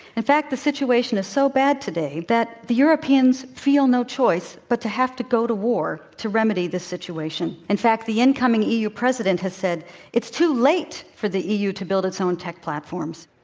in fact, the situation is so bad today that the europeans feel no choice but to have to go to war to remedy this situation. in fact, the incoming eu president has said it's too late for the eu to build its own tech platforms.